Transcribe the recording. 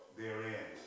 therein